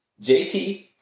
JT